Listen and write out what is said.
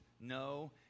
no